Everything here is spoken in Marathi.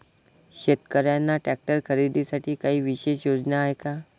शेतकऱ्यांना ट्रॅक्टर खरीदीसाठी काही विशेष योजना आहे का?